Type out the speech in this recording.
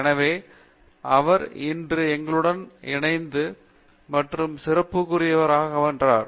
எனவேஅவர் இன்று எங்களுடன் இணைந்தது இன்பம் மற்றும் சிறப்புரிமைக்குரியது